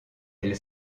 elle